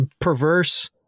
perverse